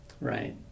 right